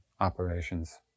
operations